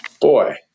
boy